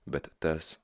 bet tas